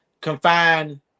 confined